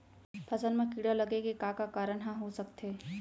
फसल म कीड़ा लगे के का का कारण ह हो सकथे?